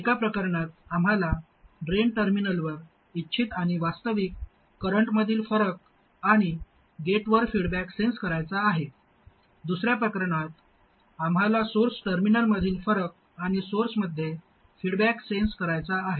एका प्रकरणात आम्हाला ड्रेन टर्मिनलवर इच्छित आणि वास्तविक करंटमधील फरक आणि गेटवर फीडबॅक सेन्स करायचा आहे दुसऱ्या प्रकरणात आम्हाला सोर्स टर्मिनलमधील फरक आणि सोर्समध्ये फीडबॅक सेन्स करायचा आहे